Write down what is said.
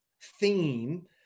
theme